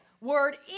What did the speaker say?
Word